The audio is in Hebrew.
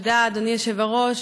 תודה, אדוני היושב-ראש.